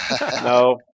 No